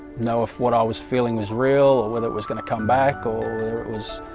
know if what i was feeling, was real or whether it was going to come back or it was?